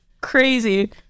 crazy